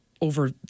over